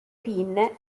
pinne